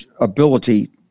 ability